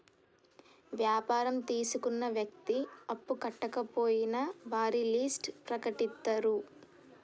వ్యాపారం తీసుకున్న వ్యక్తి అప్పు కట్టకపోయినా వారి లిస్ట్ ప్రకటిత్తరు